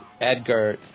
Edgar